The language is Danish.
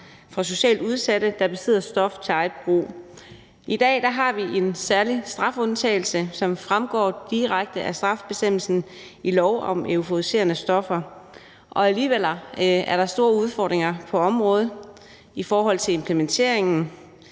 for socialt udsatte, der besidder stof til eget brug. I dag har vi en særlig strafundtagelse, som fremgår direkte af straffebestemmelsen i lov om euforiserende stoffer, og alligevel er der store udfordringer på området i forhold til implementeringen